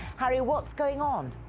harry, what's going on?